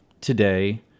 today